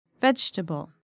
vegetable